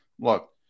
Look